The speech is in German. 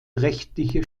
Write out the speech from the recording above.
rechtliche